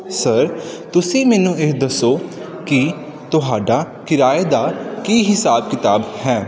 sir ਤੁਸੀਂ ਮੈਨੂੰ ਇਹ ਦੱਸੋ ਕਿ ਤੁਹਾਡਾ ਕਿਰਾਏ ਦਾ ਕੀ ਹਿਸਾਬ ਕਿਤਾਬ ਹੈ